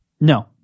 No